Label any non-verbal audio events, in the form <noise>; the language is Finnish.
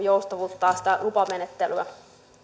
<unintelligible> joustavoittaa sitä lupamenettelyä